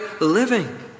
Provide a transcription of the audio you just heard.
living